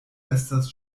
estas